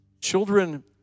children